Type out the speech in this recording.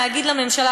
להגיד לממשלה.